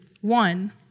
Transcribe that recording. one